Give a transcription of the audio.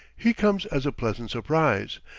he comes as a pleasant surprise,